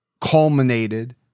culminated